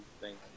thank